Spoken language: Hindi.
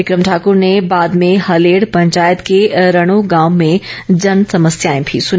बिक्रम ठाकूर ने बाद में हलेड़ पंचायत के रणो गांव में जनसमस्याए भी सुनी